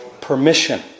permission